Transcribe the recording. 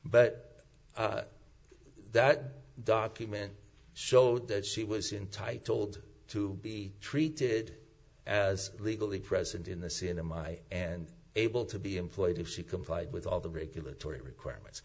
but that document showed that she was intitled to be treated as legally present in this in a my and able to be employed if she complied with all the regulatory requirements